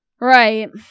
Right